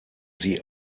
sie